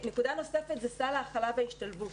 נקודה נוספת היא סל ההכלה וההשתלבות.